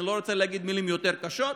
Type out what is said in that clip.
אני לא רוצה להגיד מילים יותר קשות,